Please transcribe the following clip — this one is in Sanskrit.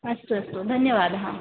अस्तु अस्तु धन्यवादः